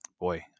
boy